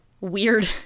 weird